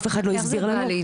אף אחד לא החזיר לנו.